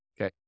Okay